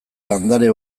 landare